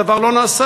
הדבר לא נעשה.